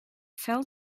fell